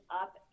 up